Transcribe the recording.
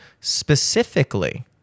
specifically